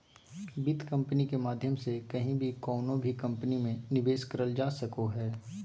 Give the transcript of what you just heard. वित्त कम्पनी के माध्यम से कहीं भी कउनो भी कम्पनी मे निवेश करल जा सको हय